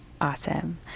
Awesome